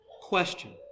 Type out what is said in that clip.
question